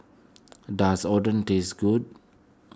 does Oden taste good